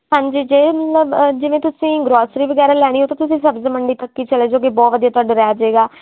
ਹਾਂਜੀ ਜੇ ਮਤਲਬ ਜਿਵੇਂ ਤੁਸੀਂ ਗਰੋਸਰੀ ਵਗੈਰਾ ਲੈਣੀ ਹੋਏ ਤਾਂ ਤੁਸੀਂ ਸਬਜ਼ੀ ਮੰਡੀ ਤੱਕ ਹੀ ਚਲੇ ਜਾਓਗੇ ਬਹੁਤ ਵਧੀਆ ਤੁਹਾਡੇ ਰਹਿ ਜਾਏਗਾ